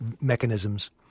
mechanisms